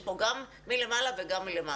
יש פה גם מלמעלה וגם מלמטה.